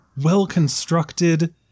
well-constructed